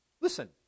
Listen